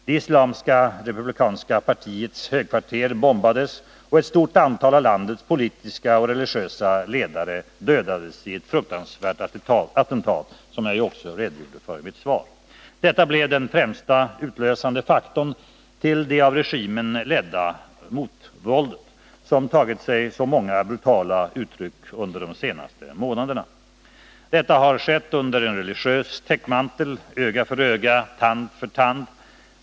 Det islamska republikanska partiets högkvarter bombades, och ett stort antal av landets politiska och religiösa ledare dödades i ett fruktansvärt attentat, som jag också redogjorde för i mitt svar, Detta blev den främsta utlösande faktorn till det av regimen ledda motvåldet, som tagit sig så många brutala uttryck under de senaste månaderna. Detta har skett under en religiös täckmantel — öga för öga, tand för tand.